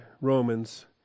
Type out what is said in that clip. Romans